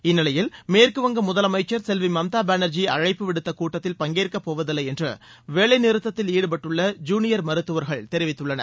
இந்நிலையில் மேற்குவங்க முதலமைச்சர் செல்வி மம்தா பானர்ஜி அழைப்பு விடுத்த கூட்டத்தில் பங்கேற்கப்போவதில்லை என்று வேலைநிறுத்தத்தில் ாடுபட்டுள்ள ஜுனியர் மருத்துவர்கள் தெரிவித்துள்ளனர்